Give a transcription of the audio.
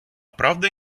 правди